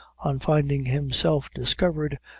on finding himself discovered,